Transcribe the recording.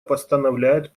постановляет